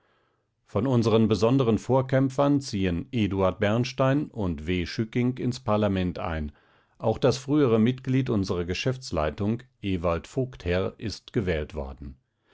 von unseren besonderen vorkämpfern ziehen eduard bernstein und w schücking ins parlament ein auch das frühere mitglied unserer geschäftsleitung ewald vogtherr ist gewählt worden